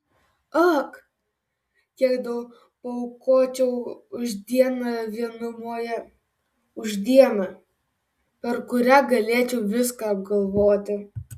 ak kiek daug paaukočiau už dieną vienumoje už dieną per kurią galėčiau viską apgalvoti